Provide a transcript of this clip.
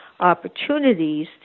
opportunities